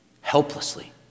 helplessly